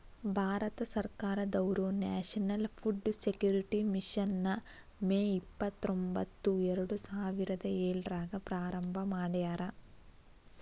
ಭಾರತ ಸರ್ಕಾರದವ್ರು national food security mission ನ May ಇಪ್ಪತ್ರೊಂಬತ್ತು ಎರಡುಸಾವಿರದ ಏಳ್ರಾಗ ಪ್ರಾರಂಭ ಮಾಡ್ಯಾರ